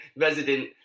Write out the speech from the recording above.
resident